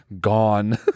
Gone